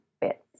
bits